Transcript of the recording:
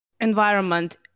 environment